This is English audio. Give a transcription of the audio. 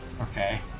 Okay